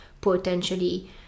potentially